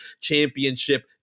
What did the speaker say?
championship